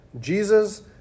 Jesus